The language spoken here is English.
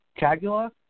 Cagula